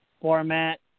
format